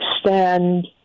Stand